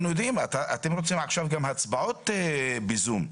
אתם רוצים עכשיו גם הצבעות ב-זום.